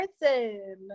person